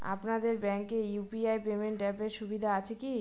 আপনাদের ব্যাঙ্কে UPI payment অ্যাপের সুবিধা আছে কি?